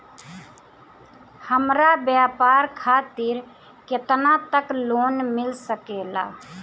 हमरा व्यापार खातिर केतना तक लोन मिल सकेला?